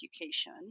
education